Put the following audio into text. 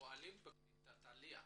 שפועלים בקליטת עלייה.